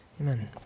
Amen